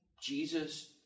Jesus